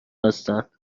هستند